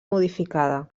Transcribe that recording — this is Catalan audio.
modificada